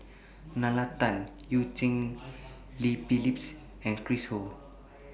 Nalla Tan EU Cheng Li Phyllis and Chris Ho